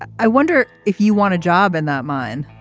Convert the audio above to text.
ah i wonder if you want a job in that mine